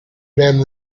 been